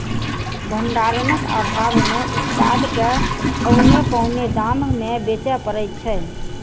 भंडारणक आभाव मे उत्पाद के औने पौने दाम मे बेचय पड़ैत छै